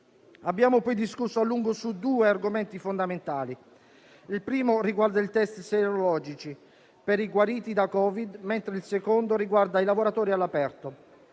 Abbiamo poi discusso a lungo su due argomenti fondamentali: il primo riguarda i test sierologici per i guariti da Covid, mentre il secondo i lavoratori all'aperto.